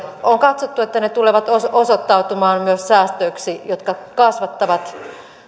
on katsottu että ne tulevat osoittautumaan myös säästöiksi jotka kasvattavat